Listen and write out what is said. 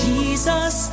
Jesus